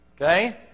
Okay